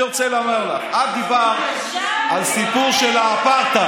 עכשיו אני רוצה לומר על הסיפור של האפרטהייד.